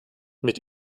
mit